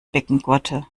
beckengurte